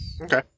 okay